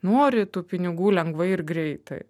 nori tų pinigų lengvai ir greitai